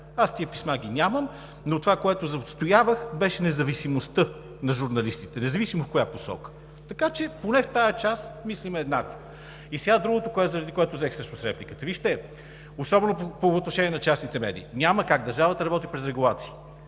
Тези писма ги нямам, но това, което отстоявах, беше независимостта на журналистите, независимо в коя посока. Така че поне в тази част мислим еднакво. Другото, заради което взех всъщност репликата. Вижте, особено по отношение на частните медии, няма как, държавата работи през регулации,